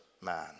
man